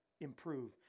improve